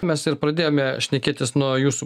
mes ir pradėjome šnekėtis nuo jūsų